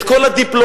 את כל הדיפלומטיה.